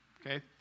Okay